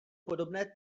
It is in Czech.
podobné